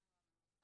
גם אם הוא הממוצע,